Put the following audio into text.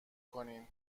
کنین